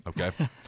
Okay